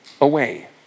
away